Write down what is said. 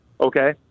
okay